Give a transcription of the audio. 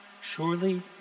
surely